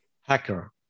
hacker